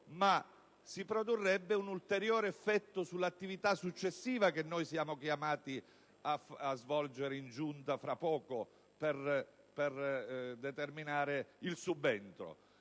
si produrrebbe un ulteriore effetto sull'attività successiva che saremo chiamati a svolgere fra poco in Giunta per determinare il subentro.